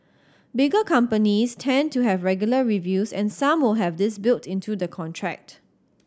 bigger companies tend to have regular reviews and some will have this built into the contract